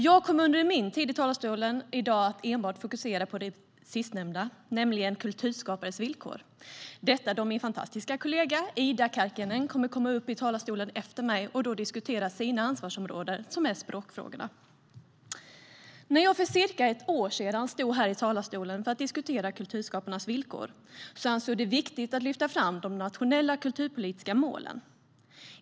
Jag kommer under min tid i talarstolen i dag att enbart fokusera på det sistnämnda, nämligen kulturskapares villkor, detta då min fantastiska kollega Ida Karkiainen kommer upp senare i debatten och då kommer att diskutera sitt ansvarsområde som är språkfrågorna. När jag för cirka ett år sedan stod här i talarstolen för att diskutera kulturskaparnas villkor ansåg jag det viktigt att lyfta fram de nationella kulturpolitiska målen.